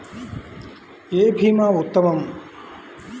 ఏ భీమా ఉత్తమము?